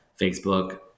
Facebook